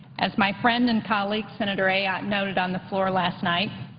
as my friend and colleague senator ayotte noted on the floor last night,